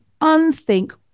unthink